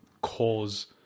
cause